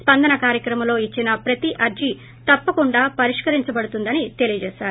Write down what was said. స్సందన కార్యక్రమంలో ఇచ్చిన ప్రతి అర్షీ తప్పక పరిష్కరించబడుతుందని తెలియ జేశారు